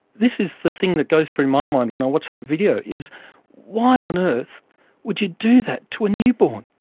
this is the thing that goes through my mind when i watch that video, is why on earth would you do that to a newborn?